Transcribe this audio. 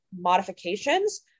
modifications